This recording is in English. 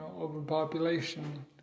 overpopulation